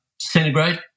centigrade